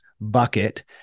bucket